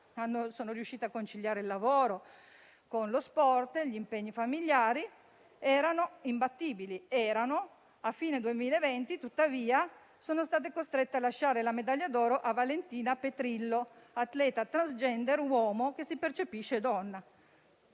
riuscendo a conciliare il lavoro, lo sport e gli impegni familiari. Erano imbattibili e, tuttavia, a fine 2020 sono state costrette a lasciare la medaglia d'oro a Valentina Petrillo, atleta transgender uomo che si percepisce donna.